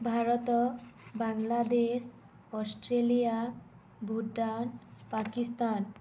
Bharat Bangladesh Australia Bhutan Pakistan